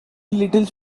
littles